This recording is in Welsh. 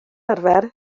arfer